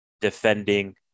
defending